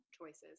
choices